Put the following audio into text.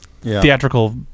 theatrical